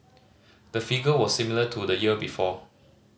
the figure was similar to the year before